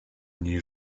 nie